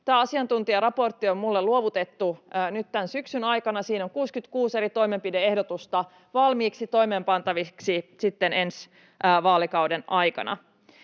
Tämä asiantuntijaraportti on minulle luovutettu nyt tämän syksyn aikana. Siinä on 66 eri toimenpide-ehdotusta valmiiksi toimeenpantaviksi sitten ensi vaalikauden aikana.